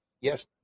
yes